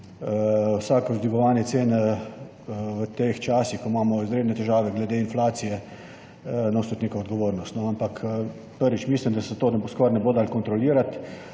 vsako dvigovanje cen v teh časih, ko imamo izredne težave glede inflacije, nosi neko odgovornost. Ampak mislim, da se to skoraj ne bo dalo kontrolirati.